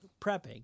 prepping